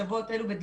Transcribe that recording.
בשבועות אלה ממש,